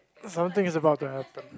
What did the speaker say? sommething is about to happen